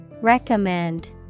Recommend